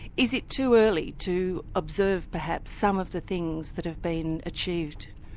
is it too early to observe, perhaps, some of the things that have been achieved?